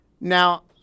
Now